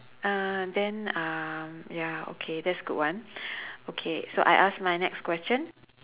uh then uh ya okay that's a good one okay so I ask my next question